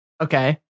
Okay